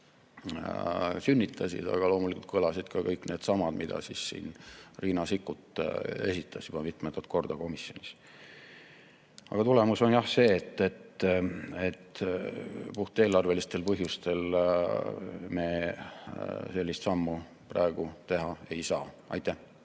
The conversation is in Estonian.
sünnitasid. Aga loomulikult kõlasid ka kõik needsamad argumendid, mis Riina Sikkut siin esitas, juba mitmendat korda komisjonis. Aga tulemus on see, et puhteelarvelistel põhjustel me sellist sammu praegu teha ei saa. Aitäh!